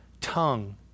tongue